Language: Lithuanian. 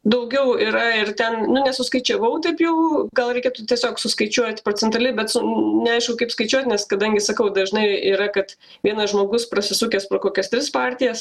daugiau yra ir ten nu nesuskaičiavau taip jau gal reikėtų tiesiog suskaičiuot procentualiai bet su neaišku kaip skaičiuot nes kadangi sakau dažnai yra kad vienas žmogus prasisukęs pro kokias tris partijas